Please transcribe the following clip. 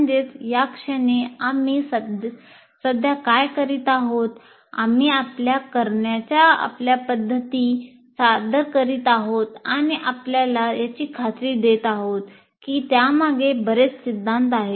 म्हणजेच याक्षणी आम्ही सध्या काय करीत आहोत आम्ही आपल्या करण्याच्या आपल्या पद्धती सादर करीत आहोत आणि आपल्याला याची खात्री देत आहोत की त्यामागे बरेच सिद्धांत आहेत